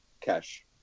cash